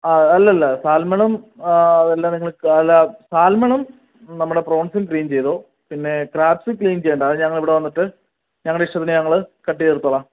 ആ അല്ലല്ല സാൽമണും അതെല്ലാം നിങ്ങൾ അല്ല സാൽമണും നമ്മുടെ പ്രോൺസും ക്ലീൻ ചെയ്തോ പിന്നെ ക്രാബ്സ് ക്ലീൻ ചെയ്യണ്ട അത് ഞങ്ങൾ ഇവിടെ വന്നിട്ട് ഞങ്ങളുടെ ഇഷ്ടത്തിന് ഞങ്ങൾ കട്ട് ചെയ്ത് എടുത്തോളാം